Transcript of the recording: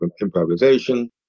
improvisation